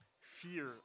fear